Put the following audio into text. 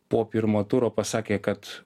po pirmo turo pasakė kad